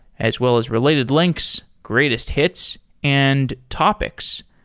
as well as related links, greatest hits and topics.